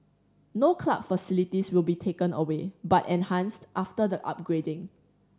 no club facilities will be taken away but enhanced after the upgrading